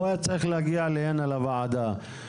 צריך להגיע הנה לוועדה.